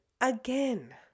again